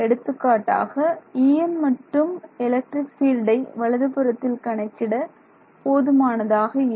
எடுத்துக்காட்டாக En மட்டும் electric ஃபீல்டை வலதுபுறத்தில் கணக்கிட போதுமானதாக இல்லை